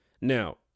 Now